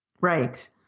Right